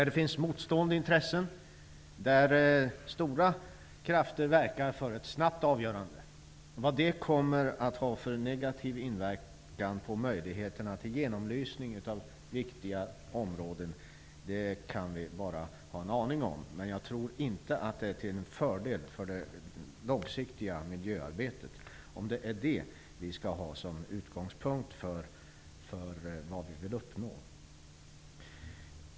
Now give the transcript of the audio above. Det finns där motstående intressen, och starka krafter verkar för ett snabbt avgörande. Vilken negativ inverkan det får på möjligheterna till genomlysning av viktiga områden kan vi bara ha en aning om. Man jag tror inte att det är till fördel för det långsiktiga miljöarbetet om vi skall ha detta som utgångspunkt för vad vi vill uppnå.